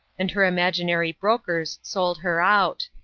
and her imaginary brokers sold her out.